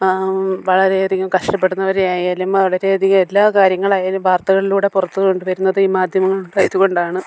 വളരെയധികം കഷ്ടപ്പെടുന്നവരെ ആയാലും വളരെയധികം എല്ലാ കാര്യങ്ങളായാലും വാർത്തകളിലൂടെ പുറത്തു കൊണ്ടുവരുന്നത് ഈ മാധ്യമങ്ങൾ ഉണ്ടായതുകൊണ്ടാണ്